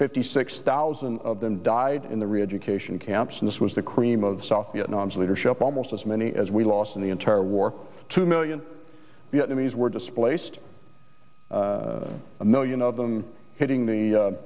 fifty six thousand of them died in the reeducation camps and this was the cream of south vietnam's leadership almost as many as we lost in the entire war two million vietnamese were displaced a million of them hitting the